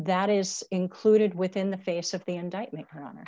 that is included within the face of the indictment